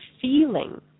feeling